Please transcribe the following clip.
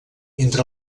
entre